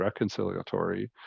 reconciliatory